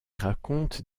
raconte